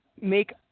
make